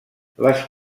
les